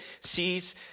sees